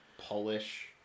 Polish